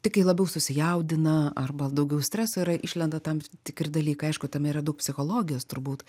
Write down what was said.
tik kai labiau susijaudina arba daugiau streso yra išlenda tam tikri dalykai aišku tame yra daug psichologijos turbūt